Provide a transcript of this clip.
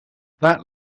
that